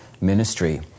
ministry